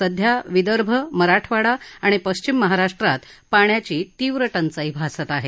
सध्या विदर्भ मराठवाडा आणि पश्चिम महाराष्ट्रात पाण्याची तीव्र टंचाई भासत आहे